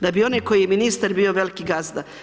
Da bi onaj koji je ministar bio veliki gazda.